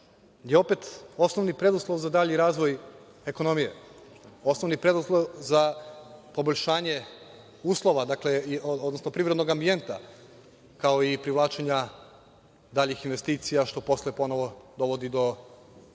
je opet osnovni preduslov za dalji razvoj ekonomije, osnovni preduslov za poboljšanje uslova, odnosno privrednog ambijenta, kao i privlačenja daljih investicija, što posle ponovo dovodi do